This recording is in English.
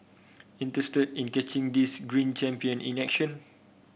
interested in catching these green champion in action